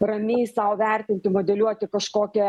ramiai sau vertinti modeliuoti kažkokią